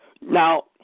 Now